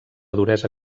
duresa